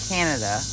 Canada